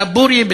דבורייה.